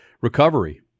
recovery